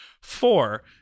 Four